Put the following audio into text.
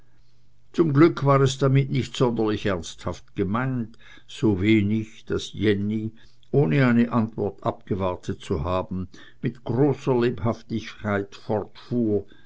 zum glück war es damit nicht sonderlich ernsthaft gemeint so wenig daß jenny ohne eine antwort abgewartet zu haben mit großer lebhaftigkeit fortfuhr